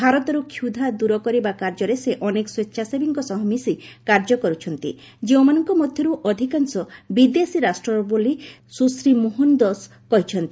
ଭାରତରୁ କ୍ଷୁଧା ଦୂର କରିବା କାର୍ଯ୍ୟରେ ସେ ଅନେକ ସ୍ୱେଚ୍ଛାସେବୀଙ୍କ ସହ ମିଶି କାର୍ଯ୍ୟ କର୍ତ୍ଥନ୍ତି ଯେଉଁମାନଙ୍କ ମଧ୍ୟରୁ ଅଧିକାଂଶ ବିଦେଶୀ ରାଷ୍ଟ୍ରର ବୋଲି ସୁଶ୍ରୀ ମୋହନଦୋସ କହିଛନ୍ତି